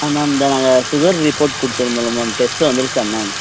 ma'am இந்த sugar report கொடுத்துருந்தோல்ல ma'am test வந்திருச்சா மேம்